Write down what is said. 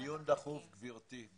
דיון דחוף, גברתי.